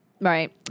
Right